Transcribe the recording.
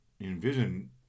envision